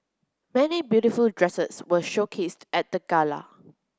many beautiful dresses were showcased at the gala